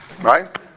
right